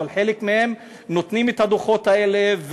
אבל חלק מהם נותנים את הדוחות האלה,